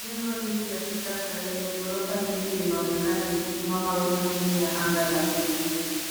Jengo refu la kisasa lenye ghorofa nyingi linaonekana likisimama wima chini ya anga la blue .